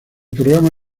programa